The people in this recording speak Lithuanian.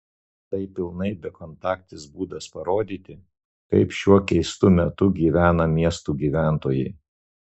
tai pilnai bekontaktis būdas parodyti kaip šiuo keistu metu gyvena miestų gyventojai